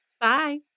Bye